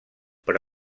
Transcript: però